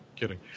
Kidding